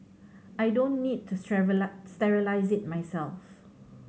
I don't need to sterilise it myself